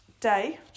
day